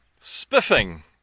spiffing